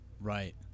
Right